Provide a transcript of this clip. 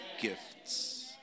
gifts